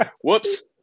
whoops